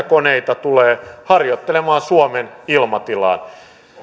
koneita tulee harjoittelemaan suomen ilmatilaan